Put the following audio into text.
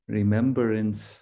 remembrance